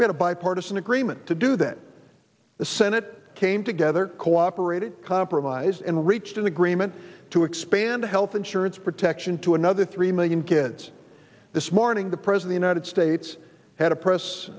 with a bipartisan agreement to do that the senate came together cooperate compromise and reached an agreement to expand health insurance protection to another three million kids this morning the present united states had a press